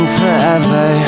forever